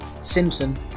Simpson